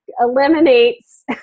eliminates